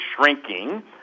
shrinking